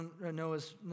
Noah's